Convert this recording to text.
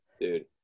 dude